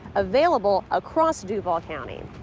available across duval county.